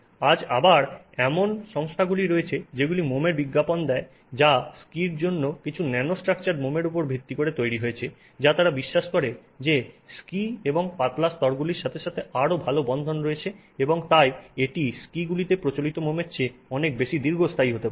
আজ আবার এমন সংস্থাগুলি রয়েছে যেগুলি মোমের বিজ্ঞাপন দেয় যা স্কীসের জন্য কিছু ন্যানোস্ট্রাকচার্ড মোমের উপর ভিত্তি করে তৈরি হয়েছে যা তারা বিশ্বাস করে যে স্কী এবং পাতলা স্তরগুলির সাথে আরও ভাল বন্ধন রয়েছে এবং তাই এটি স্কীগুলিতে প্রচলিত মোমের চেয়ে অনেক বেশি দীর্ঘস্থায়ী হতে পারে